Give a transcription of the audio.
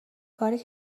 کاری